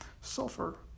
sulfur